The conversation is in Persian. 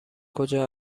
کجا